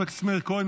חבר הכנסת מאיר כהן,